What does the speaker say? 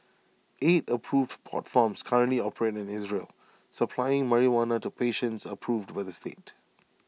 eight approved pot farms currently operate in Israel supplying marijuana to patients approved by the state